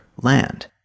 land